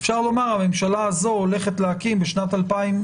אפשר לומר שהממשלה הזו הולכת להקים בשנת 2022,